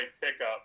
pickup